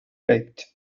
baked